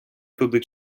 туди